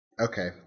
okay